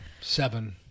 Seven